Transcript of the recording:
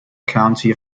county